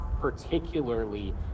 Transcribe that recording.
particularly